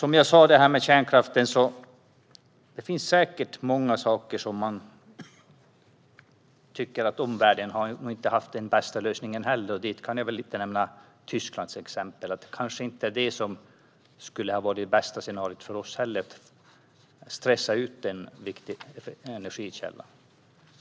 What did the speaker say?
Som jag sa när det gäller kärnkraften finns det säkert många saker där man tycker att omvärlden inte har haft den bästa lösningen. Jag kan till exempel nämna Tyskland. Det kanske inte hade varit det bästa scenariot för oss heller att stressa ut en viktig energikälla.